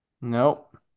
Nope